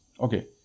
Okay